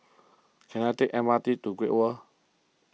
can I take M R T to Great World